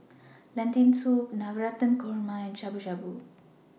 Lentil Soup Navratan Korma and Shabu Shabu